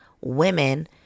women